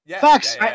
Facts